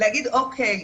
להגיד 'או.קיי,